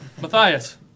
Matthias